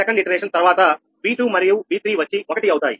second పునరావృతం తర్వాత V2మరియు V3 వచ్చి ఒకటి అవుతాయి